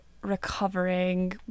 recovering